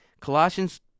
Colossians